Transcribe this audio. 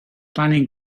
planning